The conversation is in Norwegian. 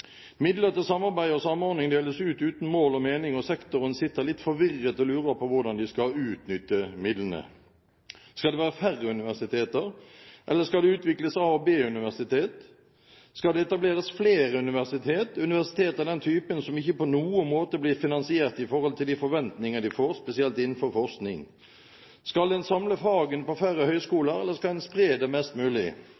Midler til samarbeid og samordning deles ut uten mål og mening, og sektoren sitter litt forvirret og lurer på hvordan en skal utnytte midlene. Skal det være færre universitet? Eller skal det utvikles A- og B-universitet? Skal det etableres flere universitet – universitet av den typen som ikke på noen måte blir finansiert i forhold til de forventninger en har til dem, spesielt innenfor forskning? Skal en samle fagene på